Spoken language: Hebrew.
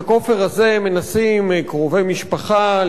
את הכופר הזה מנסים קרובי משפחה,